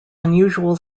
unusual